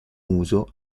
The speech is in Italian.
uso